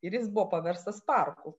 ir jis buvo paverstas parku